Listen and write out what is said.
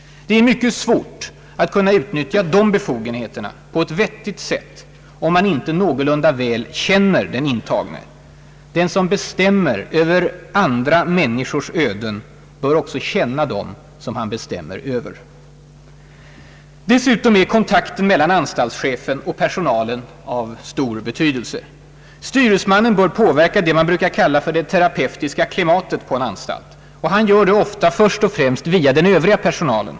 Det är mycket svårt att utnyttja dessa befogenheter på ett vettigt sätt, om man inte någorlunda väl känner den intagne. Den som bestämmer över andra människors öden bör också känna dem som han bestämmer över. Dessutom är kontakten mellan anstaltschefen och personalen av stor betydelse. Styresmannen bör påverka det som man brukar kalla »det terapeutiska klimatet» på en anstalt, och han gör det ofta först och främst via den övriga personalen.